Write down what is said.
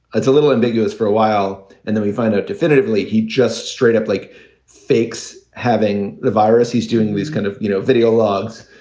it's a little ambiguous for a while and then we find out definitively he just straight up like fakes having the virus. he's doing these kind of, you know, video logs.